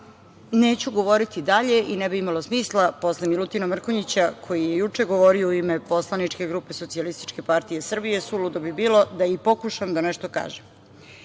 neću govoriti dalje i ne bi imalo smisla posle Milutina Mrkonjića koji je juče govorio u ime poslaničke grupe SPS, suludo bi bilo da i pokušam da nešto kažem. Kada